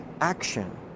action